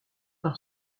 par